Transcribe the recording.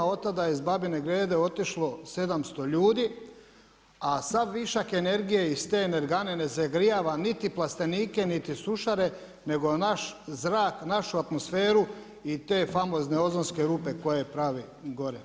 Od tada je iz Babine Grede otišlo 700 ljudi, a sav višak energije iz te energane ne zagrijava niti plastenike niti sušare nego naš zrak, našu atmosferu i te famozne ozonske rupe koje pravi gore.